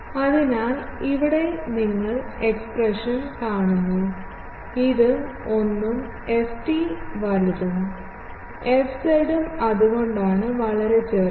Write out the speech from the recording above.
അതിനാൽ ഇവിടെ നിങ്ങൾ എക്സ്പ്രഷൻ കാണുന്നു ഇത് 1 ഉം ft വലുതും fz ഉം അതുകൊണ്ടാണ് വളരെ ചെറുത്